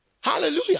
Hallelujah